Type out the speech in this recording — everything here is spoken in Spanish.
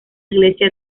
iglesia